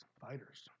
fighters